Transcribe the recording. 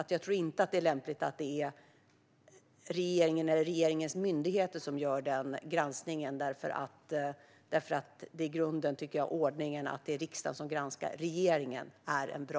Jag tror inte att det är lämpligt att det är regeringen eller regeringens myndigheter som gör den granskningen, för i grunden tycker jag att ordningen att det är riksdagen som granskar regeringen är bra.